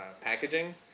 packaging